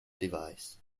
device